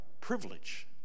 privilege